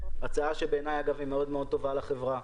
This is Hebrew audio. שבעיניי היא מאוד טובה לחברה.